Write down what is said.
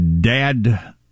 dad